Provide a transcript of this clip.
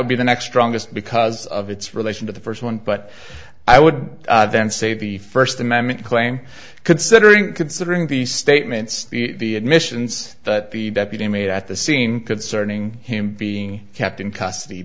would be the next wrongest because of its relation to the first one but i would then say the first amendment claim considering considering these statements the admissions that the deputy made at the scene concerning him being kept in custody